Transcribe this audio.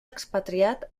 expatriat